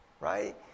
right